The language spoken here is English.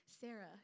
Sarah